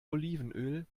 olivenöl